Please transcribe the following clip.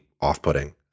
off-putting